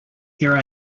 here